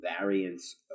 Variance